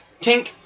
tink